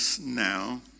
now